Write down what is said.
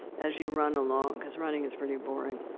as you run along because running is pretty boring,